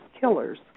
killers